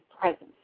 presence